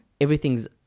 everything's